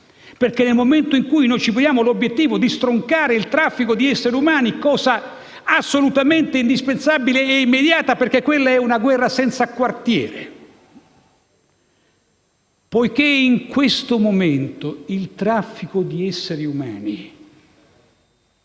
Nel momento in cui ci poniamo l'obiettivo di stroncare il traffico di esseri umani - cosa assolutamente indispensabile e immediata, perché si tratta di una guerra senza quartiere e poiché in questo momento il traffico di esseri umani